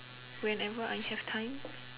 whenever I have time